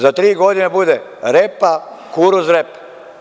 Za tri godine bude repa–kukuruz–repa.